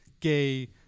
gay